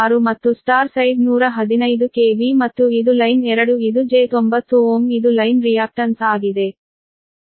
6 ಮತ್ತು Y side 115 KV ಮತ್ತು ಇದು ಲೈನ್ 2 ಇದು j90 Ω ಇದು ಲೈನ್ ರಿಯಾಕ್ಟನ್ಸ್ ಆಗಿದೆ